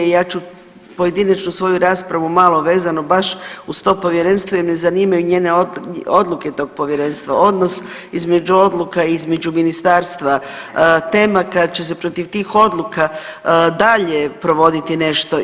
Ja ću pojedinačnu svoju raspravu malo vezano baš uz to povjerenstvo, jer me zanimaju odluke tog povjerenstva, odnos između odluka i između ministarstva, tema kad će se protiv tih odluka dalje provoditi nešto.